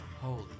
Holy